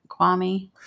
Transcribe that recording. Kwame